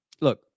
Look